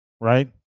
right